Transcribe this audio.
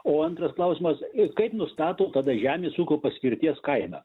o antras klausimas i kaip nustato tada žemės ūkio paskirties kainą